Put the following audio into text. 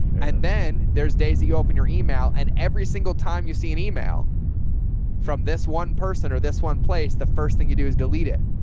and then there's days that you opened your email and every single time you see an email from this one person or this one place, the first thing you do is delete it.